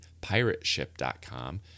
PirateShip.com